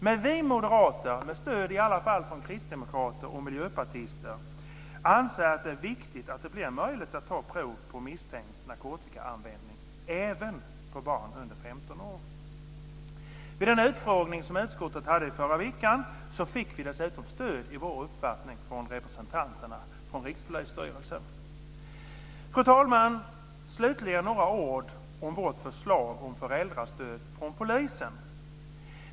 Men vi moderater, med stöd i alla fall från kristdemokrater och miljöpartister, anser att det är viktigt att det blir möjligt att ta prov på misstänkt narkotikaanvändning, även på barn under 15 år. Vid den utfrågning som utskottet hade i förra veckan fick vi dessutom stöd i vår uppfattning från representanterna från Rikspolisstyrelsen. Fru talman! Slutligen några ord om vårt förslag om föräldrastöd från polisen.